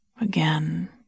again